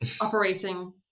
operating